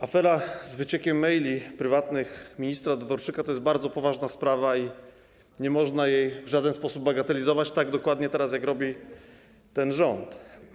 Afera z wyciekiem prywatnych maili ministra Dworczyka to jest bardzo poważna sprawa i nie można jej w żaden sposób bagatelizować, tak jak dokładnie teraz robi ten rząd.